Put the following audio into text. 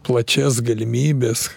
plačias galimybes